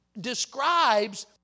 describes